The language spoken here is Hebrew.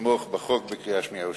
לתמוך בחוק בקריאה שנייה ושלישית.